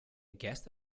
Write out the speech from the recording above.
guest